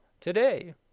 today